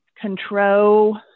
control